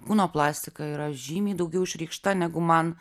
kūno plastika yra žymiai daugiau išreikšta negu man